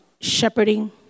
shepherding